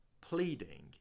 pleading